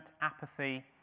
apathy